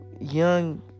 young